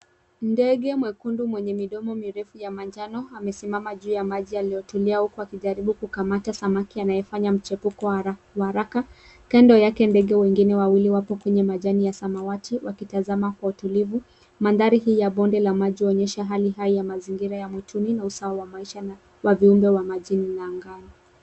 Ndege mwekundu mwenye midomo mirefu ya manjano amesimama juu ya maji yaliyotulia huku akijaribu kukamata samaki anayefanya mchipuko wa haraka. Kando yake ndege wengine wawili wapo kwenye majani ya samawati wakitazama kwa utulivu. Mandhari hii ya bonde la maji huonyesha hali hai ya mazingira ya mwituni na usawa wa maisha wa viumbe wa majini na angani.